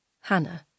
Hannah